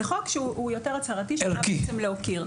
זה חוק שהוא יותר הצהרתי, שבא בעצם להוקיר.